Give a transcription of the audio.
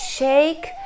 Shake